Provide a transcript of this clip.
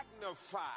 magnify